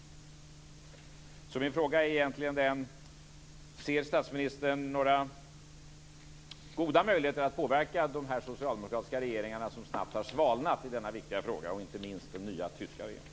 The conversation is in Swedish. Så min fråga är: Ser statsministern några goda möjligheter att påverka de socialdemokratiska regeringarna, som snabbt har svalnat i denna viktiga fråga, och då inte minst den tyska regeringen?